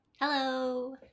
Hello